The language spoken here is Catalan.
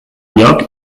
lloc